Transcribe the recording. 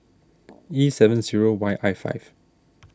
E seven zero Y I five